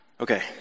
Okay